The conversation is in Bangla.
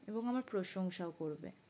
এবং আমার প্রশংসাও করবে